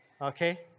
Okay